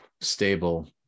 stable